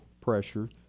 pressure